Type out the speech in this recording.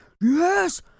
yes